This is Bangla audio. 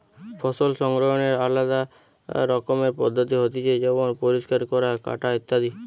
ফসল সংগ্রহনের আলদা রকমের পদ্ধতি হতিছে যেমন পরিষ্কার করা, কাটা ইত্যাদি